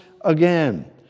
again